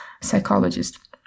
psychologist